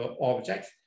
objects